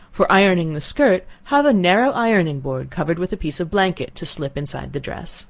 for ironing the skirt have a narrow ironing board, covered with a piece of blanket, to slip inside the dress